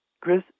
Chris